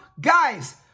Guys